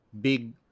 big